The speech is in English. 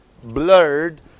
blurred